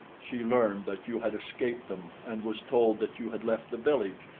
she learned that you had escaped them and was told that you had left the village,